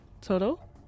total